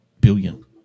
billion